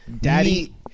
Daddy